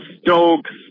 Stokes